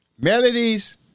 Melodies